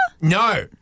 No